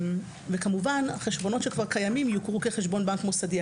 וכמובן שחשבונות שכבר קיימים יוכרו כחשבון בנק מוסדי.